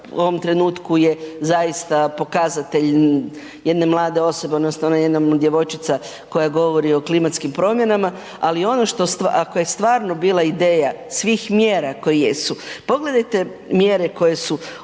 u ovom trenutku je zaista pokazatelj jedne mlade osobe odnosno ona je jedna djevojčica koja govori o klimatskim promjenama, ali ono što, ako je stvarno bila ideja svih mjera koje jesu, pogledajte mjere koje su